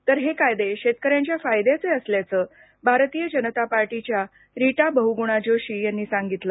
तर हे कायदे शेतक यांच्या फायद्याचे असल्याचं भारतीय जनता पार्टीच्या रीटा बहूगुणा जोशी यांनी सांगितलं